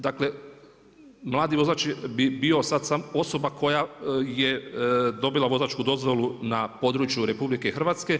Dakle mladi vozač bi bio sad osoba koja je dobila vozačku dozvolu na području RH.